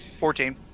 Fourteen